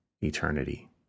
eternity